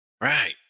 Right